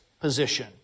position